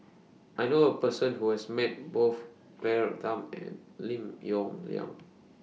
I know A Person Who has Met Both Claire Tham and Lim Yong Liang